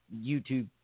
YouTube